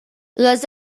les